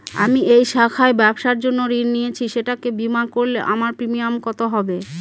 আমি এই শাখায় ব্যবসার জন্য ঋণ নিয়েছি সেটাকে বিমা করলে আমার প্রিমিয়াম কত হবে?